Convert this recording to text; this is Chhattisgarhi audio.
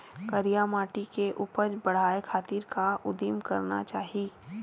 करिया माटी के उपज बढ़ाये खातिर का उदिम करना चाही?